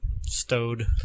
stowed